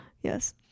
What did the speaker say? Yes